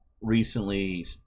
recently